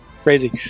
Crazy